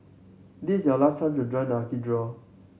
this is your last chance to join the lucky draw